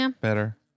better